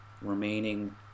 remaining